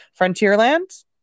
frontierland